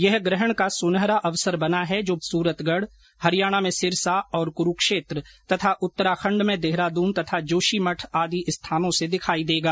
यह ग्रहण का सुनहरा अवसर बना है जो बीकानेर के घड़साना सूरतगढ हरियाणा में सिरसा व कुरूक्षेत्र तथा उत्तराखण्ड में देहरादून तथा जोशीमठ आदि स्थानों से दिखाई देगा